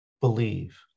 believe